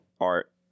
art